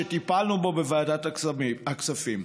שטיפלנו בו בוועדת הכספים.